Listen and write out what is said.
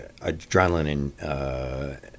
adrenaline